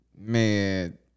Man